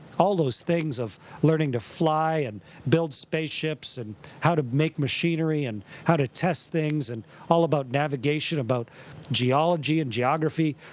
all those things of learning to fly and build spaceships and how to make machinery and how to test things and all about navigation, about geology and geography,